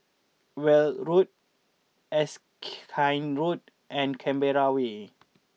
Weld Road Erskine Road and Canberra Way